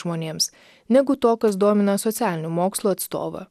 žmonėms negu to kas domina socialinių mokslų atstovą